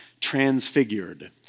transfigured